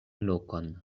lokon